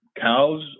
cows